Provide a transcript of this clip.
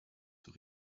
zur